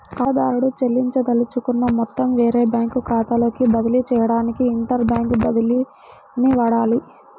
ఖాతాదారుడు చెల్లించదలుచుకున్న మొత్తం వేరే బ్యాంకు ఖాతాలోకి బదిలీ చేయడానికి ఇంటర్ బ్యాంక్ బదిలీని వాడాలి